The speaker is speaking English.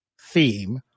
theme